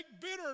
bitter